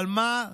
אבל מה?